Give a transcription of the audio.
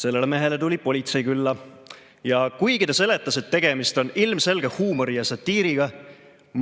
Sellele mehele tuli politsei külla. Ja kuigi ta seletas, et tegemist on ilmselge huumori ja satiiriga,